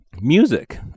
music